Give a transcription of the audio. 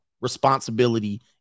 responsibility